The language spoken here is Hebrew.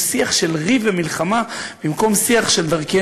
הוא שיח של ריב ומלחמה במקום שיח של דרכי